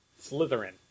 Slytherin